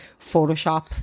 Photoshop